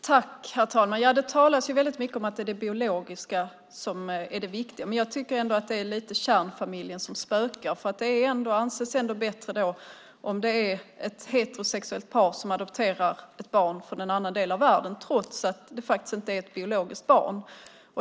Herr talman! Det talas mycket om att det är det biologiska som är det viktiga. Men jag tycker att det är kärnfamiljen som spökar. Det anses bättre att det är ett heterosexuellt par som adopterar ett barn från en annan del av världen, trots att det inte är ett biologiskt barn.